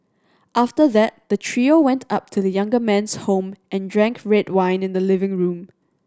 after that the trio went up to the younger man's home and drank red wine in the living room